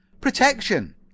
Protection